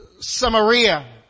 Samaria